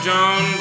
John